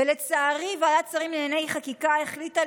ולצערי ועדת שרים לענייני חקיקה החליטה